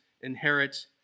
inherit